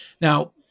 Now